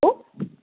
hello